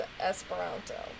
Esperanto